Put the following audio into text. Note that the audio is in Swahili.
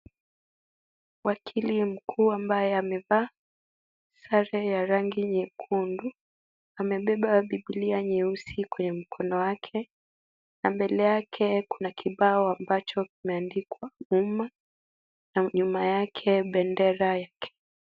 Wakili mkuu ambaye amevaa sare ya rangi nyekundu amebeba biblia nyeusi kwenye mkono wake, na mbele yake kuna kibao kimeandikwa umma, na nyuma yake bendera ya Kenya.